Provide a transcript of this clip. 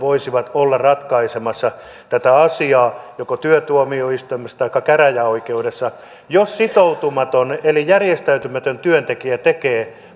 voisi olla ratkaisemassa tätä asiaa joko työtuomioistuimessa taikka käräjäoikeudessa jos sitoutumaton eli järjestäytymätön työntekijä tekee